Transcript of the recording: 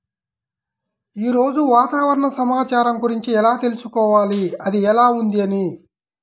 ఈరోజు వాతావరణ సమాచారం గురించి ఎలా తెలుసుకోవాలి అది ఎలా ఉంది అని?